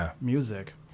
music